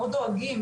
מאוד דואגים,